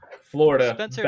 Florida